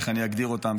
איך אני אגדיר אותם?